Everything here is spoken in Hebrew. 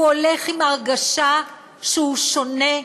הוא הולך עם הרגשה שהוא שונה,